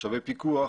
משאבי פיקוח,